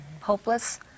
hopeless